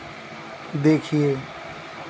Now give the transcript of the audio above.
देखिए